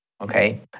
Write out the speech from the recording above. okay